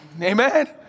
Amen